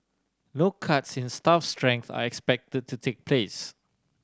no cuts in staff strength are expected to take place